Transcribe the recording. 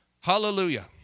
Hallelujah